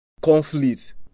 conflict